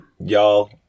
Y'all